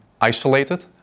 isolated